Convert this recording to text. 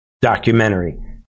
documentary